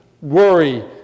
worry